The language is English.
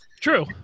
True